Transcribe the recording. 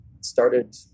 started